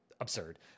absurd